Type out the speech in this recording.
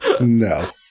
No